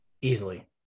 Easily